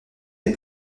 des